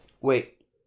wait